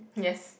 yes